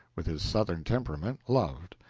with his southern temperament, loved.